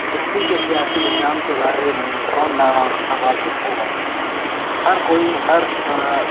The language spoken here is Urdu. دہلی کے سیاسی نظام کے بارے میں کون نا واقف ہوگا ہر کوئی ہر